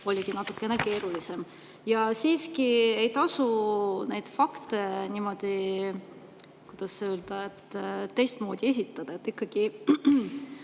oligi natukene keerulisem. Ja siiski ei tasu neid fakte niimoodi, kuidas öelda, teistmoodi esitada. Ikkagi